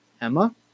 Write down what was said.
Emma